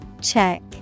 Check